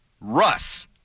Russ